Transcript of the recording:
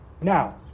now